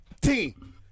team